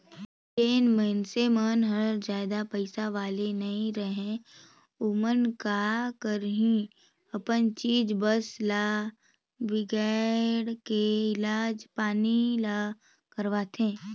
जेन मइनसे मन हर जादा पइसा वाले नइ रहें ओमन का करही अपन चीच बस ल बिगायड़ के इलाज पानी ल करवाथें